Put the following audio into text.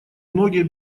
многие